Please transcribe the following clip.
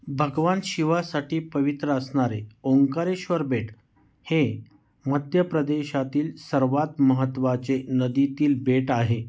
भगवान शिवासाठी पवित्र असणारे ओंकारेश्वर बेट हे मध्य प्रदेशातील सर्वात महत्त्वाचे नदीतील बेट आहे